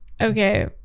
Okay